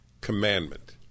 commandment